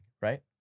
right